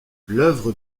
l’œuvre